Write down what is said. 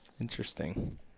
Interesting